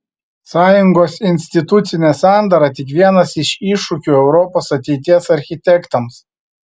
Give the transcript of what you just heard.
sąjungos institucinė sandara tik vienas iš iššūkių europos ateities architektams